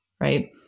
right